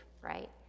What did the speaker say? right